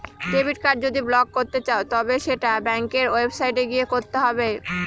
debit card যদি block করতে চাও তবে সেটা ব্যাঙ্কের ওয়েবসাইটে গিয়ে করতে হবে